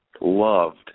loved